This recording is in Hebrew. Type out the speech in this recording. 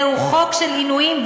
זהו חוק של עינויים,